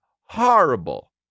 horrible